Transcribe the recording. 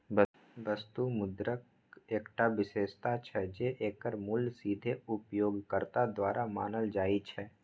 वस्तु मुद्राक एकटा विशेषता छै, जे एकर मूल्य सीधे उपयोगकर्ता द्वारा मानल जाइ छै